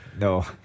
No